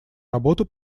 работу